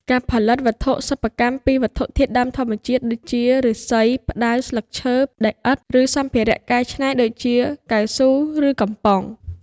ការផលិតវត្ថុសិប្បកម្មពីវត្ថុធាតុដើមធម្មជាតិ ដូចជាឫស្សី ផ្តៅ ស្លឹកត្នោត ដីឥដ្ឋ ឬសម្ភារៈកែច្នៃដូចជាកៅស៊ូឫកំប៉ុង។